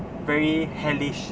very hell-ish